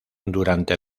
durante